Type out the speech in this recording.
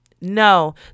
No